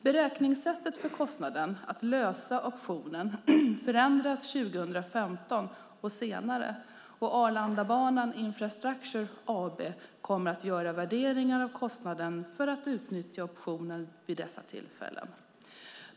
Beräkningssättet för kostnaden att lösa optionen förändras 2015 och senare. Arlandabanan Infrastructure AB kommer att göra värderingar av kostnaden för att utnyttja optionen vid dessa tillfällen.